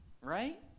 right